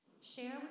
Share